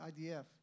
IDF